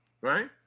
right